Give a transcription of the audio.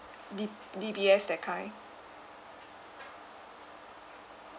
D D_B_S that kind